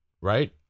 right